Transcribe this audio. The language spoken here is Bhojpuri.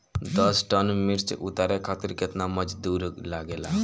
दस टन मिर्च उतारे खातीर केतना मजदुर लागेला?